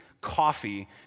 coffee